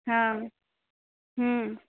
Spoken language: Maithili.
हँ हुँ